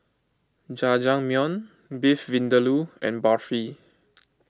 Jajangmyeon Beef Vindaloo and Barfi